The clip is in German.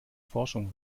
forschung